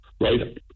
right